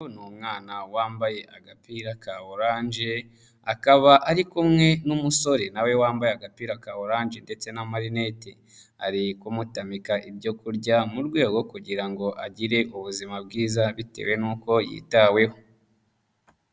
Ni umwana wambaye agapira ka oranje, akaba ari kumwe n'umusore na we wambaye agapira ka oranje ndetse n'amarinete, ari kumutamika ibyo kurya, mu rwego kugira ngo agire ubuzima bwiza, bitewe nuko yitaweho.